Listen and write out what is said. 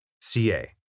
CA